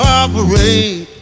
operate